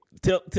Tell